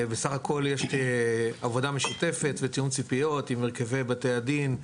בסך הכל יש עבודה משותפת ותיאום ציפיות עם הרכבי בתי הדין,